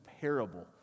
parable